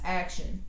action